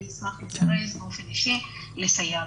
אני אשמח באופן אישי לסייע.